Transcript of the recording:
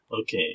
Okay